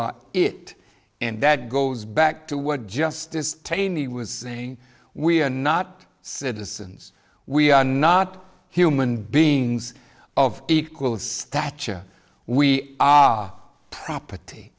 are it and that goes back to what justice taney was saying we are not citizens we are not human beings of equal stature we are property